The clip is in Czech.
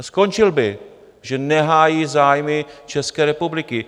Skončil by, protože nehájí zájmy České republiky!